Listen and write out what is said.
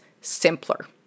simpler